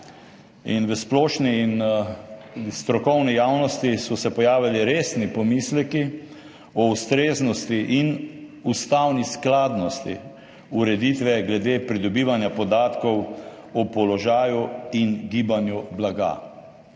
v splošni in strokovni javnosti so se pojavili resni pomisleki o ustreznosti in ustavni skladnosti ureditve glede pridobivanja podatkov o položaju in gibanju blaga.